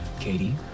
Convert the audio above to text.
Katie